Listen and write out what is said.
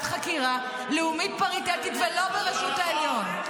חקירה לאומית פריטטית ולא בראשות העליון.